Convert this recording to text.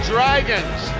Dragons